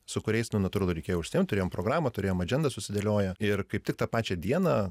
su kuriais na natūralu reikėjo užsiimt turėjom programą turėjom adžendas susidėlioję ir kaip tik tą pačią dieną